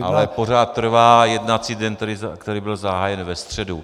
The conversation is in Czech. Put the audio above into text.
Ale pořád trvá jednací den, který byl zahájen ve středu.